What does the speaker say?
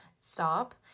stop